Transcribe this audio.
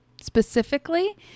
specifically